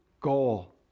goal